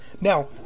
Now